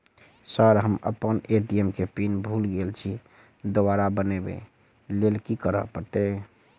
Sir हम अप्पन ATM केँ पिन भूल गेल छी दोबारा बनाबै लेल की करऽ परतै?